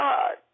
God